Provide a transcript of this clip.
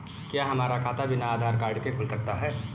क्या हमारा खाता बिना आधार कार्ड के खुल सकता है?